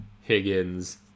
Higgins